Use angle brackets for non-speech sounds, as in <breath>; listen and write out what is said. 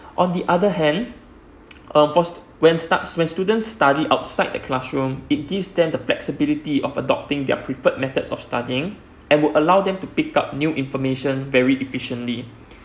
on the other hand <noise> for st~ when stu~ when students study outside the classroom it gives them the flexibility of adopting their preferred methods of studying and would allow them to pick up new information very efficiently <breath>